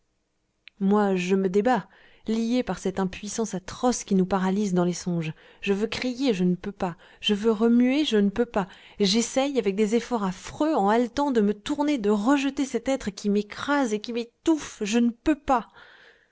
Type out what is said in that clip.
moi je me débats lié par cette impuissance atroce qui nous paralyse dans les songes je veux crier je ne peux pas je veux remuer je ne peux pas j'essaye avec des efforts affreux en haletant de me tourner de rejeter cet être qui m'écrase et qui m'étouffe je ne peux pas